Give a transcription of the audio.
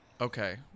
Okay